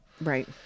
Right